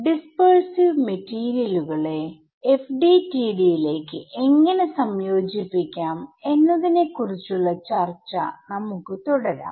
dispersive മെറ്റീരിയലുകളെ FDTD യിലേക്ക് എങ്ങനെ സംയോജിപ്പിക്കാം എന്നതിനെ കുറിച്ചുള്ള ചർച്ച നമുക്ക് തുടരാം